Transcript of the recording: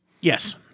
Yes